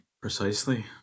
Precisely